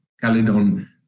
Caledon